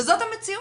וזאת המציאות.